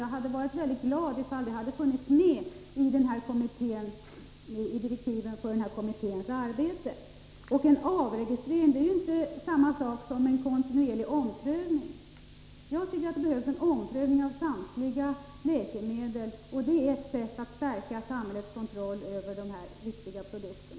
Jag hade varit väldigt glad om en sådan omprövning funnits med i direktiven för kommitténs arbete. En avregistrering är inte samma sak som en kontinuerlig omprövning. Jag tycker att det behövs en omprövning av samtliga läkemedel. Det är ett sätt att stärka samhällets kontroll över dessa viktiga produkter.